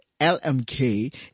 LMK